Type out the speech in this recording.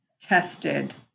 tested